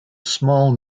small